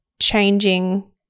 changing